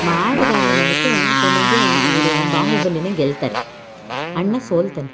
ಮಾಡ್ದಾಗ ಏನಾಗುತ್ತೆ ಕೊನೆಗೆ ಇವರು ಬಾಹುಬಲಿಯೇ ಗೆಲ್ತಾರೆ ಅಣ್ಣ ಸೋಲ್ತಾನೆ